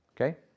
okay